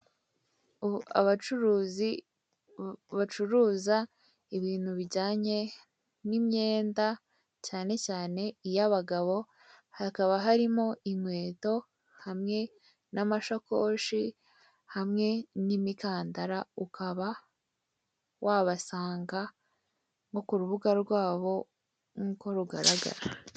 Abacuruzi bacuruza ibintu bijyanye n'imyenda, cyane cyane iy'abagabo hakaba harimo, inkweto hamwe n'amashakoshi hamwe n'imikandara, ukaba wabasanga nko k'urubuga rwabo nk'uko rugaragara.